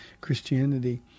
Christianity